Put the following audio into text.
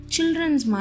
Children's